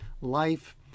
life